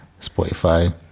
spotify